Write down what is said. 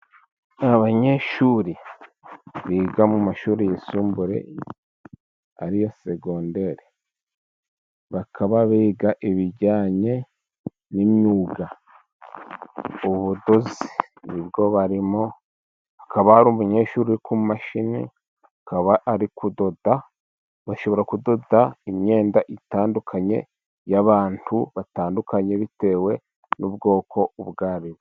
Ni abanyeshuri biga mu mashuri yisumbuye ari yo sekondere. Bakaba biga ibijyanye n'imyuga ubudozi ni bwo barimo. Hakaba hari umunyeshuri ku mashini, akaba ari kudoda. Bashobora kudoda imyenda itandukanye y'abantu batandukanye bitewe n'ubwoko ubwa ari bwo.